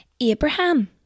Abraham